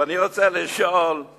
ואני רוצה לשאול,